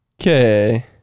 Okay